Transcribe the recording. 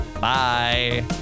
bye